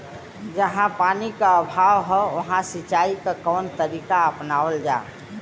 जहाँ पानी क अभाव ह वहां सिंचाई क कवन तरीका अपनावल जा?